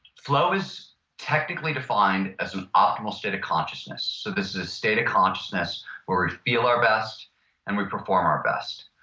flow is technically defined as an optimal state of consciousness. this is a state of consciousness where we feel our best and we perform our best.